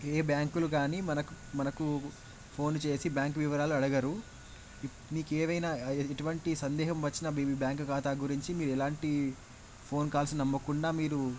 ఏ బ్యాంకులు కానీ మనకు మనకు ఫోన్లు చేసి బ్యాంకు వివరాలు అడగరు నీకు ఏవైనా ఎటువంటి సందేహాం వచ్చినా మీ బ్యాంకు ఖాతా గురించి మీరు ఎలాంటి ఫోన్ కాల్స్ నమ్మకుండా మీరు